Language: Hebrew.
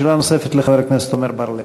שאלה נוספת לחבר הכנסת עמר בר-לב.